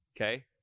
Okay